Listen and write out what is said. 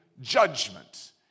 judgment